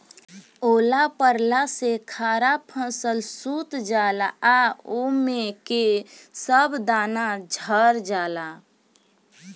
ओला पड़ला से खड़ा फसल सूत जाला आ ओमे के सब दाना झड़ जाला